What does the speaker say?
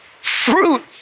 Fruit